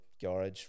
garage